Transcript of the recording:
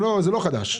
זה לא חדש.